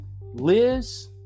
Liz